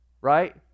Right